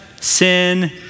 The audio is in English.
sin